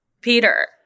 Peter